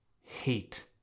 hate